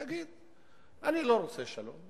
תגיד: אני לא רוצה שלום,